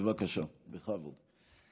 בבקשה, בכבוד.